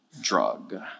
drug